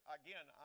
again